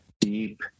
deep